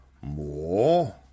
More